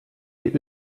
die